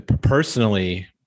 personally